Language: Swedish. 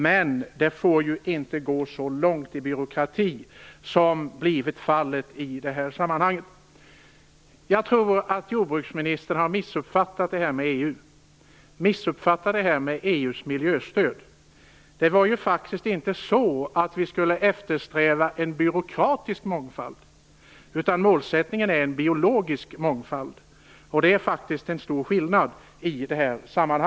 Men det får inte gå så långt i byråkrati som blivit fallet i det här sammanhanget. Jag tror att jordbruksministern har missuppfattat det här med EU:s miljöstöd. Det var faktiskt inte så att vi skulle eftersträva en byråkratisk mångfald, utan målsättningen är en biologisk mångfald. Det är en stor skillnad.